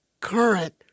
current